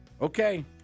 okay